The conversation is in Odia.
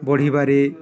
ବଢ଼ିବାରେ